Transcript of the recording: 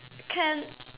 can